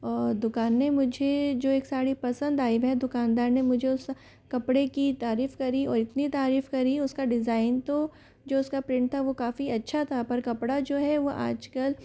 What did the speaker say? और दुकान ने मुझे जो एक साड़ी पसंद आई है दुकानदार ने मुझे उस कपड़े की तारीफ करी और इतनी तारीफ करी उसका डिजाइन तो जो उसका प्रिंट था वो काफ़ी अच्छा था पर कपड़ा जो है वो आजकल